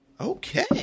Okay